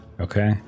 Okay